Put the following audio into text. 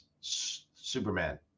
Superman